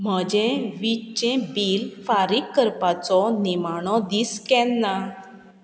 म्हजें व्हिकचें बील फारीक करपाचो निमाणो दीस केन्ना